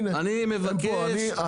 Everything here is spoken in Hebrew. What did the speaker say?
אני מבקש,